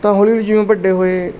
ਤਾਂ ਹੌਲੀ ਹੌਲੀ ਜਿਵੇਂ ਵੱਡੇ ਹੋਏ